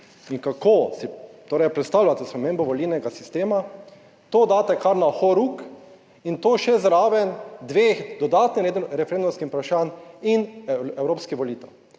in kako si torej predstavljate spremembo volilnega sistema, To daste kar na horuk in to še zraven dveh dodatnih referendumskih vprašanj in evropskih volitev